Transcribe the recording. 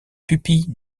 pupilles